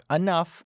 enough